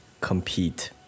compete